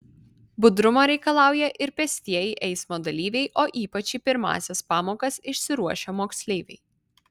budrumo reikalauja ir pėstieji eismo dalyviai o ypač į pirmąsias pamokas išsiruošę moksleiviai